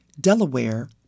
Delaware